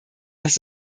dass